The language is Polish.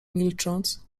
milcząc